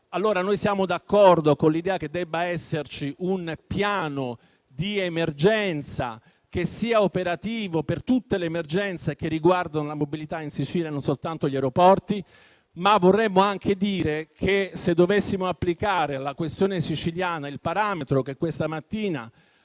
Noi siamo d'accordo con l'idea che debba esserci un piano di emergenza che sia operativo per tutte le emergenze che riguardano la mobilità in Sicilia e non soltanto gli aeroporti, tuttavia vorremmo anche chiederci se dobbiamo applicare alla questione siciliana il parametro che questa mattina la